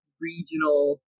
regional